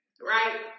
Right